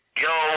yo